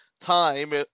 time